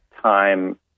time